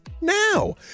Now